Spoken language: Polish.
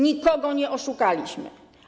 Nikogo nie oszukaliśmy.